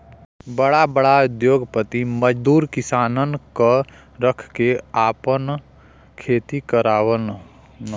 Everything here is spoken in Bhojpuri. बड़ा बड़ा उद्योगपति मजदूर किसानन क रख के आपन खेती करावलन